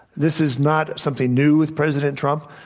this is not something new with president trump.